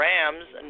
Rams